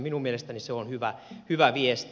minun mielestäni se on hyvä viesti